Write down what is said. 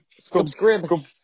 Subscribe